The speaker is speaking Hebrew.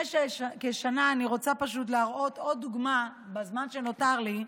אני רוצה פשוט להראות עוד דוגמה בזמן שנותר לי,